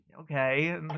okay